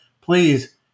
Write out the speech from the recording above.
please